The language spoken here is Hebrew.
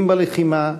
אם בלחימה,